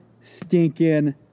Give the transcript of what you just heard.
stinking